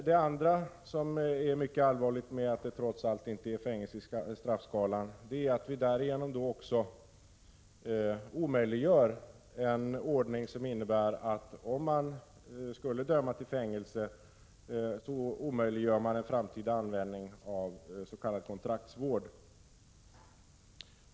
Den andra punkten som är mycket allvarlig är att om vi inte har fängelse i straffskalan så omöjliggör det en framtida användning avs.k. kontraktsvård.